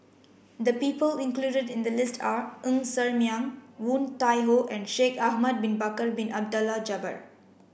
the people included in the list are Ng Ser Miang Woon Tai Ho and Shaikh Ahmad bin Bakar Bin Abdullah Jabbar